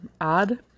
odd